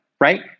right